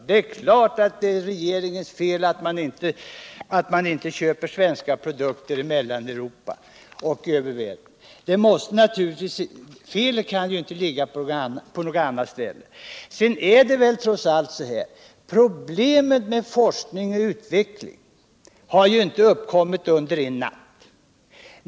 Det är klart att det är regeringens fel att man inte köper svenska produkter i Mellaneuropa osv. Felet kan ju inte ligga på något annat ställe. Men problemen på forskningens och utvecklingens område har, som jag nyss sade, inte uppkommit över en natt.